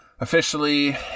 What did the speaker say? officially